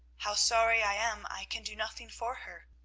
how sorry i am, i can do nothing for her!